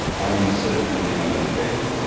i'm going to sit and begin my meditation.